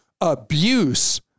abuse